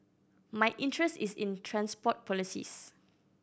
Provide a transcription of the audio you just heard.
my interest is in transport policies